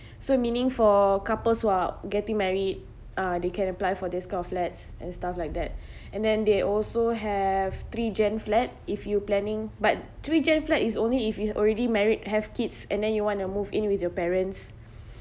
so meaning for couples who are getting married uh they can apply for this kind of flats and stuff like that and then they also have three gen flat if you planning but three gen flat is only if you already married have kids and then you want to move in with your parents